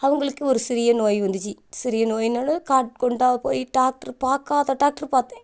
அவங்களுக்கும் ஒரு சிறிய நோய் வந்துச்சி சிறிய நோயினாலும் காட் கொண்டா போய் டாக்டர் பார்க்காத டாக்டர் பார்த்தேன்